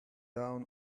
down